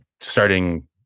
starting